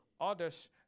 others